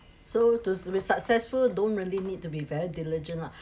so to be successful don't really need to be very diligent lah